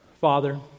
Father